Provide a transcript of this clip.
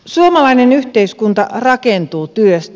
suomalainen yhteiskunta rakentuu työstä